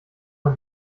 man